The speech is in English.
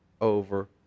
over